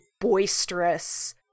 boisterous